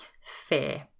fear